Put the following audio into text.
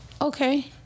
Okay